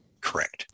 Correct